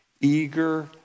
eager